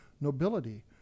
nobility